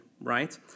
right